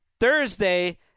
Thursday